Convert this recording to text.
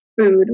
food